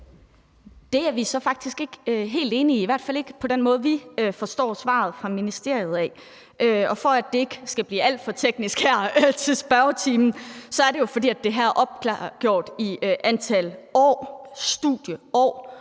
Det er vi så faktisk ikke helt enige i, i hvert fald ikke på den måde, vi forstår svaret fra ministeriet på. Og for at det ikke skal blive alt for teknisk her i spørgetiden, kan jeg sige, at det her er opgjort i antal studieår